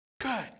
Good